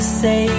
say